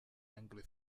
angry